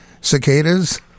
cicadas